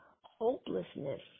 hopelessness